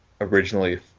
originally